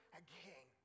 again